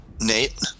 Nate